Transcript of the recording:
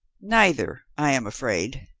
neither, i am afraid,